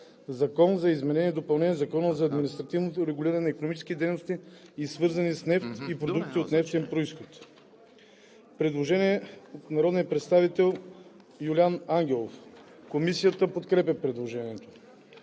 „Закон за изменение и допълнение на Закона за административното регулиране на икономическите дейности, свързани с нефт и продукти от нефтен произход“.“ По § 1 има предложение от народния представител Юлиан Ангелов. Комисията подкрепя предложението.